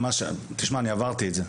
אני עברתי את זה.